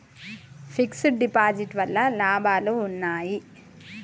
Fix డ్ deposit వల్ల లాభాలు ఉన్నాయి?